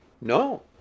No